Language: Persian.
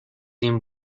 این